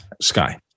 Sky